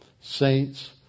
saints